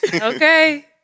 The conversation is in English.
okay